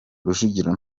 rujugiro